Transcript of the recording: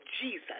Jesus